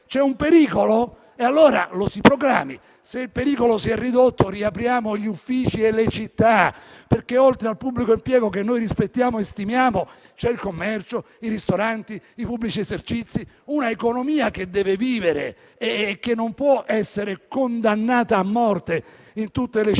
C'è un pericolo? Allora lo si programmi. Se il pericolo si è ridotto, riapriamo gli uffici e le città, perché oltre al pubblico impiego - che noi rispettiamo e stimiamo - c'è il commercio, i ristoranti e i pubblici esercizi, un'economia che deve vivere e che non può essere condannata a morte in tutte le città